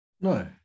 No